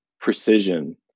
precision